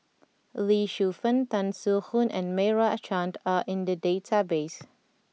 Lee Shu Fen Tan Soo Khoon and Meira Chand are in the database